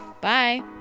Bye